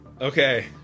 Okay